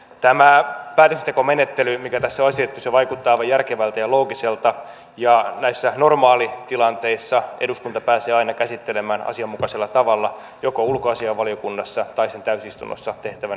tämä päätöksentekomenettely mikä tässä on esitetty vaikuttaa aivan järkevältä ja loogiselta ja näissä normaalitilanteissa eduskunta pääsee aina käsittelemään asianmukaisella tavalla joko ulkoasiainvaliokunnassa tai sitten täysistunnossa tehtävän haasteellisuuden mukaan